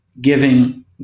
giving